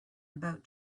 about